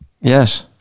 Yes